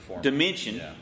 dimension